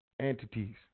entities